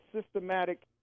systematic